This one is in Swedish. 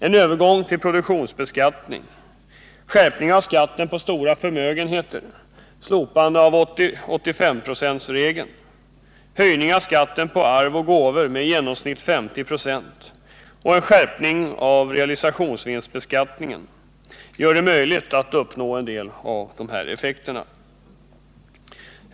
En övergång till produktionsbeskattning, en skärpning av skatten på stora förmögenheter, ett slopande av 80/85 procentsregeln, en höjning av skatten på arv och gåvor med i genomsnitt 50 96 och en skärpning av realisationsvinstbeskattningen gör det möjligt att uppnå en del av dessa effekter.